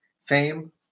fame